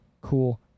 Cool